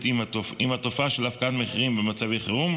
עם תופעה של הפקעת מחירים במצבי החירום,